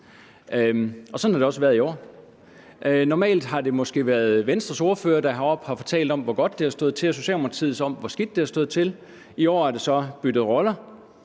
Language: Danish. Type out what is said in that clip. Sådan har det også været i år. Normalt har det måske været Venstres ordfører, der heroppe har fortalt om, hvor godt det har stået til, og Socialdemokratiets ordfører, der har fortalt om, hvor skidt det har stået til. I år er der så byttet roller,